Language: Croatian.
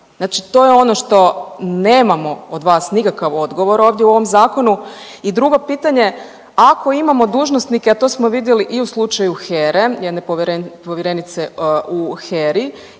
Znači to je ono što nemamo od vas nikakav odgovor ovdje u ovom Zakonu. I drugo pitanje, ako imamo dužnosnike, a to smo vidjeli i u slučaju HERA-e, jedne povjerenice u HERA-i